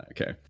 Okay